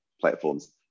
platforms